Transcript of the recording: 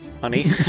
Honey